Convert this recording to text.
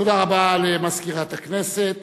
תודה רבה למזכירת הכנסת.